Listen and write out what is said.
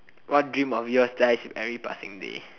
what dreams of yours die with every passing day